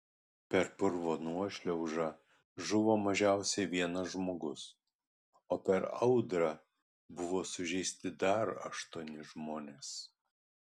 per purvo nuošliaužą žuvo mažiausiai vienas žmogus o per audrą buvo sužeisti dar aštuoni žmonės